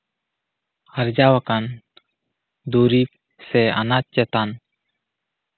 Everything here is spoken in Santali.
ᱟᱨᱡᱟᱣ ᱟᱠᱟᱱ ᱫᱩᱨᱤᱵ ᱥᱮ ᱟᱱᱟᱡ ᱪᱮᱛᱟᱱ